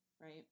Right